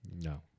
no